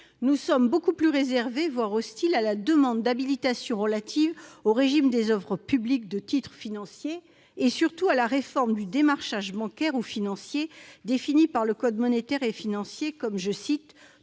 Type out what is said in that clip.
nous sommes beaucoup plus réservés, voire hostiles, quant aux demandes d'habilitation relatives au régime des offres publiques de titres financiers et, surtout, à la réforme du démarchage bancaire ou financier. Ce démarchage est défini par le code monétaire et financier comme toute